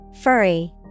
Furry